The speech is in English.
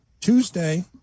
Tuesday